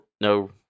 no